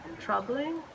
troubling